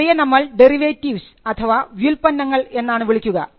ഇവയെ നമ്മൾ ഡെറിവേറ്റീവ്സ് അഥവാ വ്യുൽപ്പന്നങ്ങൾ എന്നാണ് വിളിക്കുക